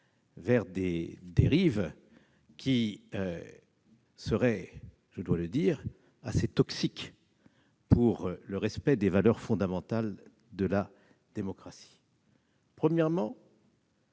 vers des dérives qui seraient, je dois le dire, assez toxiques pour le respect des valeurs fondamentales de la démocratie. Je souhaite